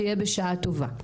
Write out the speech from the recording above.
שיהיה בשעה טובה.